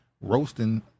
roasting